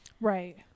Right